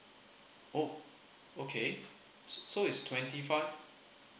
oh okay so it's twenty five